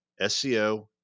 SEO